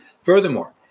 Furthermore